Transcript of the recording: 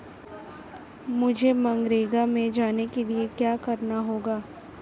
मुझे मनरेगा में जाने के लिए क्या करना होगा?